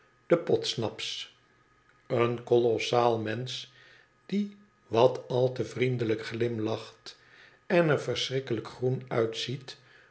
de podsnaps een kolossaal mensch die wat al te vriendelijk glimlacht en er verschrikkelijk groen uitziet